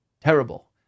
terrible